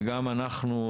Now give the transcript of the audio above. וגם אנחנו,